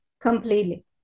completely